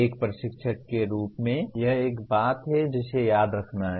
एक प्रशिक्षक के रूप में यह एक बात है जिसे याद रखना है